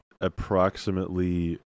Approximately